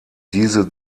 diese